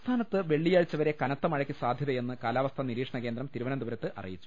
സംസ്ഥാനത്ത് വെള്ളിയാഴ്ച്ച വരെ കനത്ത മഴയ്ക്ക് സാധ്യ തയെന്ന് കാലാവസ്ഥാ നിരീക്ഷണ കേന്ദ്രം തിരുവനന്തപുരത്ത് അറിയിച്ചു